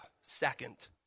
second